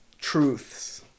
truths